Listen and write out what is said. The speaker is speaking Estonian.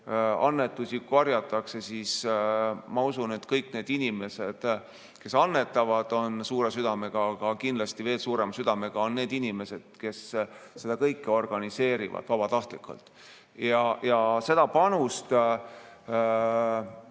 annetusi korjatakse, siis kõik need inimesed, kes annetavad, on suure südamega. Aga kindlasti on veel suurema südamega need inimesed, kes seda kõike organiseerivad vabatahtlikult. Seda panust